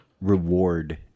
reward